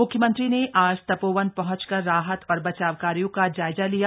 मुख्यमंत्री ने आज तपोवन पहंचकर राहत और बचाव कार्यो का जायजा लिया